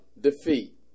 defeat